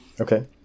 Okay